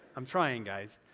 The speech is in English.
i'm trying, guys.